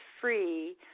free